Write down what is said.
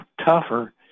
tougher